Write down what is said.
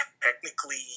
technically